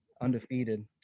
Undefeated